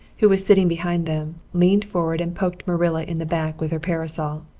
who was sitting behind them, leaned forward and poked marilla in the back with her parasol.